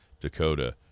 Dakota